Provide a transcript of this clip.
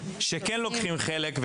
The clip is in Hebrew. שכן לוקחים חלק,